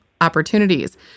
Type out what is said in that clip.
Opportunities